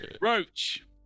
roach